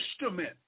instrument